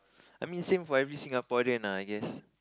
I mean same for every Singaporean lah I guess